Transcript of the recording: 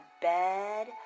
bed